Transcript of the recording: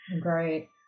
Great